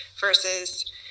versus